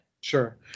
Sure